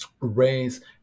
raise